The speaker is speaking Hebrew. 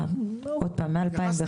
עוד פעם, משנת